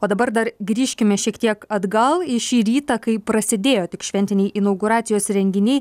o dabar dar grįžkime šiek tiek atgal į šį rytą kai prasidėjo tik šventiniai inauguracijos renginiai